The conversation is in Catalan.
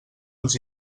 els